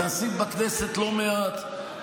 ועשית בכנסת לא מעט,